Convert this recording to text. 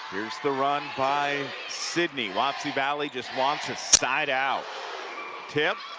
here's the run by sidney wapsie valley just wants a sideout tip.